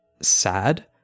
sad